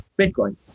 Bitcoin